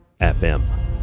FM